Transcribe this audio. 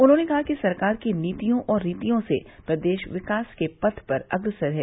उन्होंने कहा कि सरकार की नीतियों और रीतियों से प्रदेश विकास के पथ पर अग्रसर है